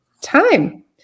time